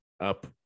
up